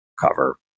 cover